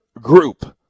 group